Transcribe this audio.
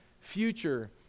future